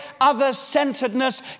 other-centeredness